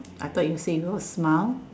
I thought you say no smile